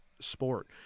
sport